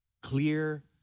clear